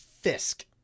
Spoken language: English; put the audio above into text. Fisk